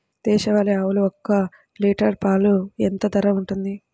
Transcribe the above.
దేశవాలి ఆవులు ఒక్క లీటర్ పాలు ఎంత ధర ఉంటుంది?